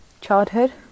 childhood